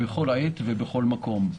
בכל עת ובכל מקום.